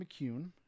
McCune